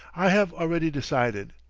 i have already decided.